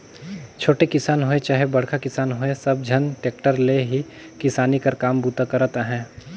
छोटे किसान होए चहे बड़खा किसान होए सब झन टेक्टर ले ही किसानी कर काम बूता करत अहे